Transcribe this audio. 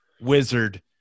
wizard